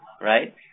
right